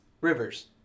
Rivers